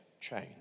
change